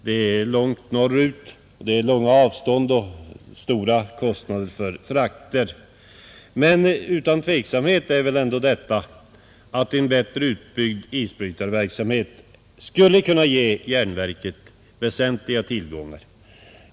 Det ligger långt norrut, det blir långa avstånd och höga kostnader för frakter. Men otvivelaktigt är väl ändå att en bättre utbyggd isbrytarverksamhet skulle kunna ge järnverket väsentliga tillgångar.